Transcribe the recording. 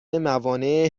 موانع